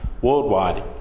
Worldwide